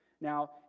Now